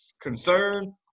concern